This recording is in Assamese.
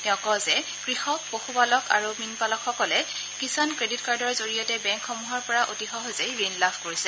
তেওঁ কয় যে কৃষক পশুপালক আৰু মীনপালকসকলে কিষাণ ক্ৰেডিট কাৰ্ডৰ জৰিয়তে বেংকসমূহৰ পৰা অতি সহজেই ঋণ লাভ কৰিছে